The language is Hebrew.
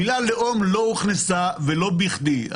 המילה "לאום" לא הוכנסה, ולא בכדי.